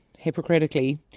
hypocritically